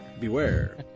beware